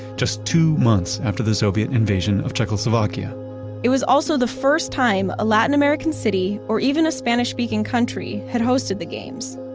just two months after the soviet invasion of czechoslovakia it was also the first time a latin american city, or even a spanish speaking country, had hosted the games.